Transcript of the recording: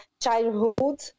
childhood